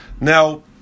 Now